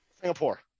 Singapore